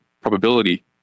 probability